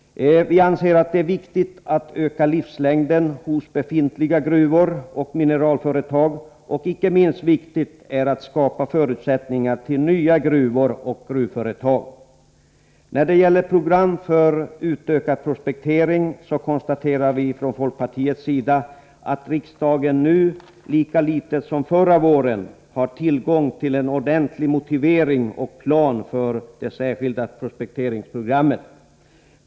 Vi anser att det är viktigt att öka livslängden hos befintliga gruvor och mineralföretag. Icke minst viktigt är det att skapa förutsättningar för nya gruvor och gruvföretag. När det gäller program för utökad prospektering konstaterar vi från folkpartiets sida att riksdagen nu lika litet som förra våren har tillgång till en ordentlig motivering och plan för det särskilda prospekteringsprogrammet.